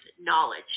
knowledge